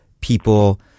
people